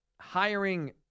hiring